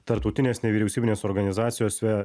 tarptautinės nevyriausybinės organizacijos ve